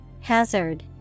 Hazard